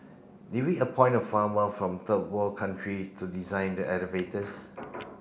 did we appoint a farmer from third world country to design the elevators